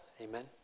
amen